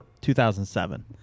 2007